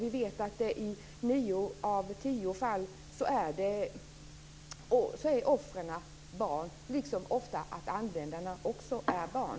Vi vet att offren i nio fall av tio är barn och att även användarna ofta är barn.